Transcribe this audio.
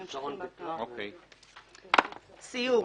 "סיור"